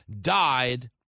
died